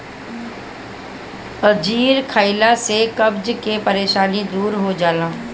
अंजीर खइला से कब्ज के परेशानी दूर हो जाला